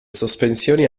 sospensioni